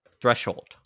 threshold